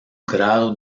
grado